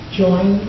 join